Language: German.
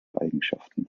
eigenschaften